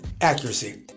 accuracy